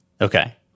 Okay